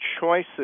choices